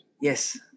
Yes